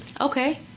Okay